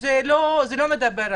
זה לא מדבר אליהם.